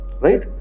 Right